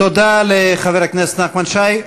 תודה לחבר הכנסת נחמן שי.